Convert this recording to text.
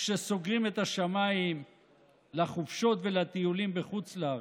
כשסוגרים את השמיים לחופשות ולטיולים בחוץ לארץ,